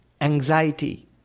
anxiety